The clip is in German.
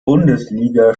bundesliga